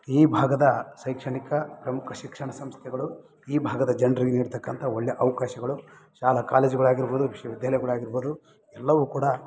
ಈ ಭಾಗದ ಶೈಕ್ಷಣಿಕ ಪ್ರಮುಖ ಶಿಕ್ಷಣ ಸಂಸ್ಥೆಗಳು ಈ ಭಾಗದ ಜನ್ರಿಗೆ ನೀಡ್ತಕ್ಕಂಥ ಒಳ್ಳೆಯ ಅವಕಾಶಗಳು ಶಾಲಾ ಕಾಲೇಜುಗಳಾಗಿರ್ಬೌದು ವಿಶ್ವವಿದ್ಯಾಲಯಗಳಾಗಿರ್ಬೋದು ಎಲ್ಲವೂ ಕೂಡ